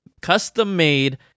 custom-made